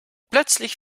plötzlich